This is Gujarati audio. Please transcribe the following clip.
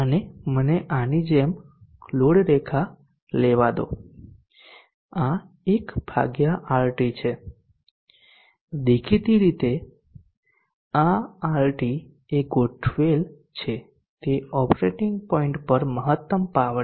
અને મને આની જેમ લોડ રેખા લેવા દો આ 1 RT છે દેખીતી રીતે આ RT એ ગોઠવેલ છે કે તે ઓપરેટિંગ પોઇન્ટ પર મહત્તમ પાવર છે